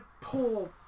poor